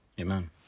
Amen